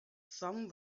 some